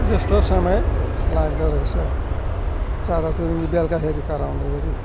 जस्तो समय लाग्दो रहेछ चराचुरुङ्गी बेलुकाखेरि कराउँदाखेरि